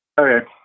Okay